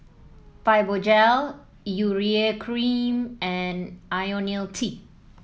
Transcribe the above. Fibogel Urea Cream and IoniL T